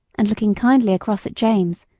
and looking kindly across at james,